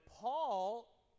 Paul